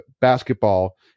basketball